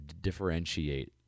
differentiate